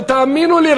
ותאמינו לי,